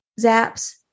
zaps